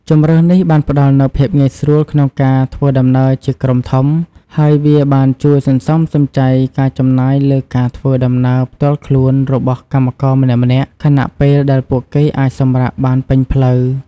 ជម្រើសនេះបានផ្តល់នូវភាពងាយស្រួលក្នុងការធ្វើដំណើរជាក្រុមធំ ហើយវាបានជួយសន្សំសំចៃការចំណាយលើការធ្វើដំណើរផ្ទាល់ខ្លួនរបស់កម្មករម្នាក់ៗ ខណៈពេលដែលពួកគេអាចសម្រាកបានពេញផ្លូវ។